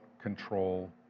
control